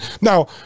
Now